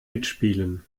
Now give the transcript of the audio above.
mitspielen